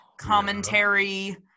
commentary